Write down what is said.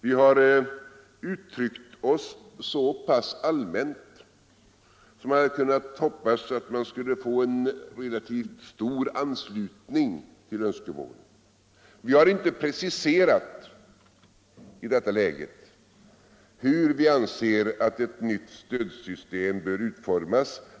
Vi har uttryckt oss så allmänt att man kunnat hoppas på en relativt stor anslutning till önskemålet. Vi har i detta läge inte preciserat hur vi anser att ett nytt stödsystem bör utformas.